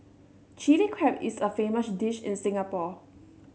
Chilli Crab is a famous dish in Singapore